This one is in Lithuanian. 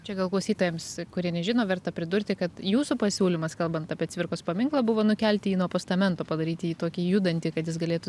čia gal klausytojams kurie nežino verta pridurti kad jūsų pasiūlymas kalbant apie cvirkos paminklą buvo nukelti jį nuo postamento padaryti jį tokį judantį kad jis galėtų